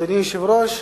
אדוני היושב-ראש,